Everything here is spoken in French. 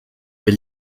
vais